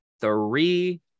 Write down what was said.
three